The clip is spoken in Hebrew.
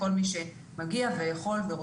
אנחנו מוכנים לחסן את כל מי שמגיע ויכול ורוצה.